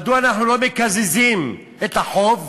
מדוע אנחנו לא מקזזים את החוב,